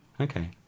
Okay